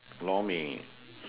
lor-mee